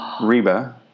Reba